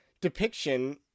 depiction